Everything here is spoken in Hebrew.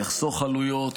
יחסוך עלויות,